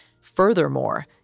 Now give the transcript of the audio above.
Furthermore